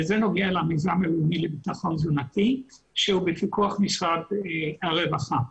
וזה נוגע למיזם הלאומי לביטחון תזונתי שהוא בפיקוח משרד הרווחה.